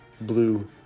blue